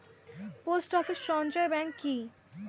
Post office সঞ্চয় bank কি?